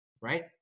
right